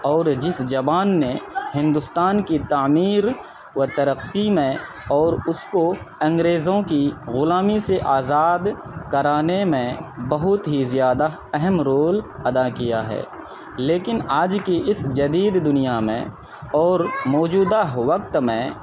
اور جس زبان میں ہندوستان کی تعمیر و ترقی میں اور اس کو انگریزوں کی غلامی سے آزاد کرانے میں بہت ہی زیادہ اہم رول ادا کیا ہے لیکن آج کے اس جدید دنیا میں اور موجودہ وقت میں